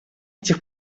этих